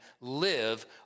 live